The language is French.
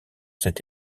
cet